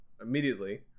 immediately